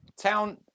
Town